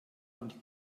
und